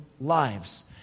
Lives